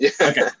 Okay